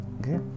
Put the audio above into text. okay